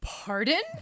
pardon